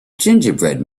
gingerbread